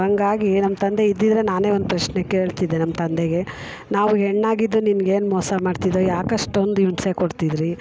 ಹಂಗಾಗಿ ನಮ್ಮ ತಂದೆ ಇದ್ದಿದ್ದರೆ ನಾನೇ ಒಂದು ಪ್ರಶ್ನೆ ಕೇಳ್ತಿದ್ದೆ ನಮ್ಮ ತಂದೆಗೆ ನಾವು ಹೆಣ್ಣಾಗಿದ್ದು ನಿಮ್ಗೆ ಏನು ಮೋಸ ಮಾಡ್ತಿದ್ದೋ ಯಾಕಷ್ಟೊಂದು ಹಿಂಸೆ ಕೊಡ್ತಿದ್ರಿ